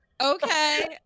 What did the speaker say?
Okay